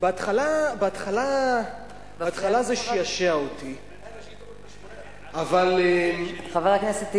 בהתחלה זה שעשע אותי, אבל, חבר הכנסת טיבי,